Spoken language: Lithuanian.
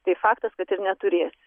tai faktas kad ir neturėsi